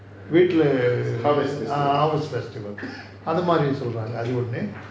வீட்டுல:veetula ah harvest festival அது மாரி சொல்ராங்க அது ஒன்னு:athu maari solranga athu onnu